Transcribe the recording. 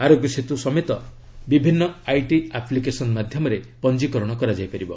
ଆରୋଗ୍ୟ ସେତ୍ର ସମେତ ବିଭିନ୍ନ ଆଇଟି ଆପ୍ଲିକେସନ୍ ମାଧ୍ୟମରେ ପଞ୍ଜିକରଣ ହୋଇପାରିବ